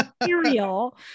material